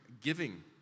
giving